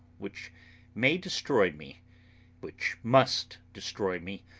which may destroy me which must destroy me,